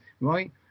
right